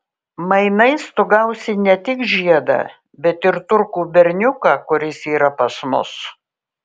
mainais tu gausi ne tik žiedą bet ir turkų berniuką kuris yra pas mus